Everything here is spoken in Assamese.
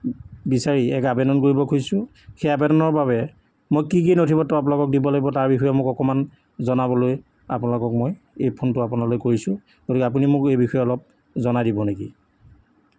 বিচাৰি এক আবেদন কৰিব খুজিছোঁ সেই আবেদনৰ বাবে মই কি কি নথিপত্ৰ আপোনালোকক দিব লাগিব তাৰ বিষয়ে মোক অকণমান জনাবলৈ আপোনালোকক মই এই ফোনটো আপোনালৈ কৰিছোঁ গতিকে আপুনি মোক এই বিষয়ে অলপ জনাই দিব নেকি